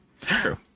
True